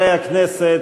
חברי הכנסת,